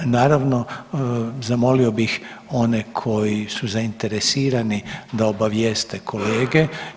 Naravno zamolio bih one koji su zainteresirani da obavijeste kolege.